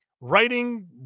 Writing